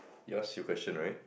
you ask your question right